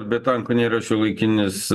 be tankų nėra šiuolaikinės